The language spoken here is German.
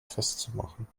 festzumachen